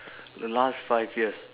the last five years